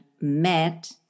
met